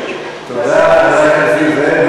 תודה לחבר הכנסת נסים זאב.